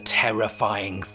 terrifying